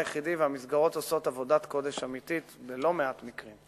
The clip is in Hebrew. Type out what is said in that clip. והמסגרות עושות עבודת קודש אמיתית בלא-מעט מקרים.